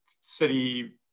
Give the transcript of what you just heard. city